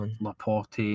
Laporte